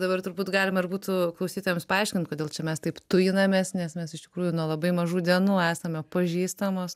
dabar turbūt galima ir būtų klausytojams paaiškint kodėl čia mes taip tujinamės nes mes iš tikrųjų nuo labai mažų dienų esame pažįstamos